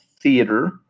theater